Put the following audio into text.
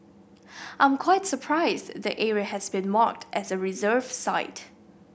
I'm quite surprised that area has been marked as reserve site